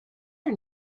are